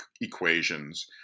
equations